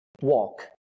walk